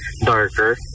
darker